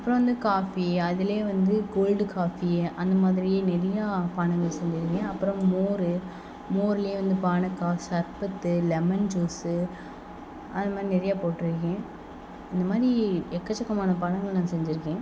அப்புறம் வந்து காஃபி அதுல வந்து கோல்டு காஃபி அந்தமாதிரி நிறையா பானங்கள் செஞ்சியிருக்கேன் அப்புறம் மோர் மோர்லையே வந்து பானக்கா சர்பத்து லெமன் ஜூஸ்ஸு அதமாரி நிறையா போட்டுயிருக்கேன் இந்தமாதிரி எக்கச்சக்கமான பானங்கள் நான் செஞ்சியிருக்கேன்